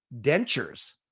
dentures